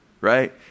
right